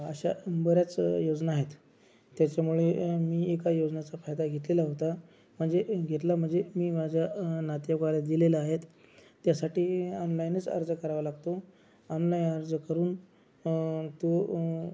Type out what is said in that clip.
अशा बऱ्याच योजना आहेत त्याच्यामुळे अ मी एका योजनेचा फायदा घेतलेला होता म्हणजे घेतला म्हणजे मी माझ्या नातेवाईकाला दिलेला आहेत त्यासाठी ऑनलाईनच अर्ज करावा लागतो ऑनलाइन अर्ज करून तो